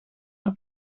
haar